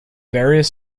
various